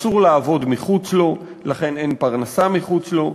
אסור לעבוד מחוץ לו, לכן אין פרנסה מחוץ לו,